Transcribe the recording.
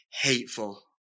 hateful